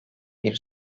bir